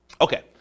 okay